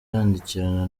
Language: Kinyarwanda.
yandikirana